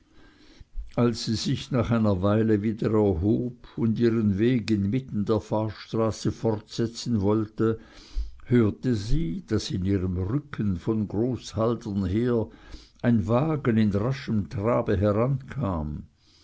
als sie sich nach einer weile wieder erhob und ihren weg inmitten der fahrstraße fortsetzen wollte hörte sie daß in ihrem rücken von groß haldern her ein wagen in raschem trabe herankam